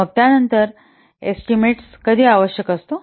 मग त्यानंतर एस्टीमेटस कधी आवश्यक असतो